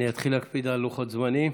אני אתחיל להקפיד על לוחות זמנים,